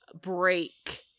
break